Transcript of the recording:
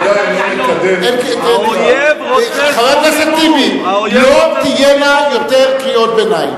לא, יושב-ראש הוועדה יעלון מתאים להגדרה?